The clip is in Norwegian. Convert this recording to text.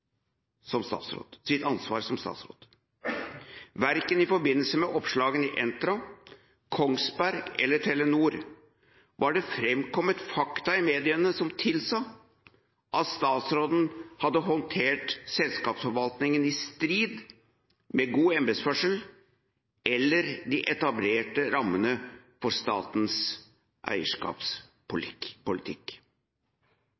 som statsråd. Verken i forbindelse med oppslagene i Entra Eiendom, Kongsberg Gruppen eller Telenor var det framkommet fakta i mediene som tilsa at statsråden hadde håndtert selskapsforvaltningen i strid med god embetsførsel eller de etablerte rammene for statens